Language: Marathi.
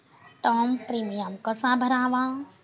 टर्म प्रीमियम कसा भरावा?